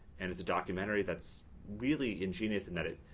and it's a documentary that's really ingenious in that.